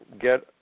get